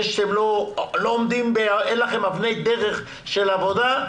זה שאין לכם אבני דרך של עבודה,